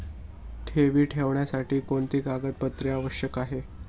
ठेवी ठेवण्यासाठी कोणते कागदपत्रे आवश्यक आहे?